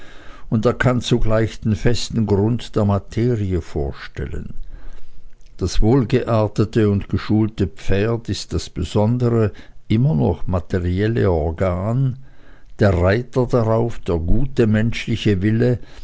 und er kann zugleich den festen grund der materie vorstellen das wohlgeartete und geschulte pferd ist das besondere immer noch materielle organ der reiter darauf der gute menschliche wille